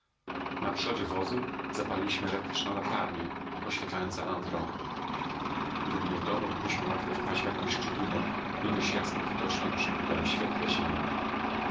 na przodzie wozu zapaliliśmy elektryczną latarnię oświetlającą nam drogę gdyby nie to moglibyśmy łatwo wpaść w jaką szczelinę nie dość jasno widoczną przy mdłem świetle ziemi